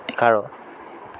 এঘাৰ